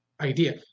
idea